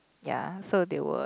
ya so they were